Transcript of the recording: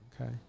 Okay